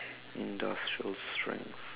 industrial strength